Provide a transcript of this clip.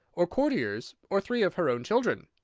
or courtiers, or three of her own children.